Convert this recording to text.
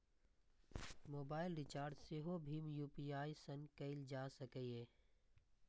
mobile recharge सेहो भीम UPI सं कैल जा सकैए